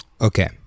Okay